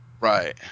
Right